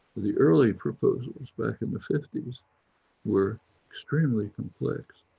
the early proposals back in the fifty s were extremely complex.